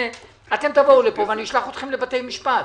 אתם תבואו לפה, ואני אשלח אתכם לבתי משפט.